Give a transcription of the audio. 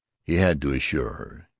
he had to assure her.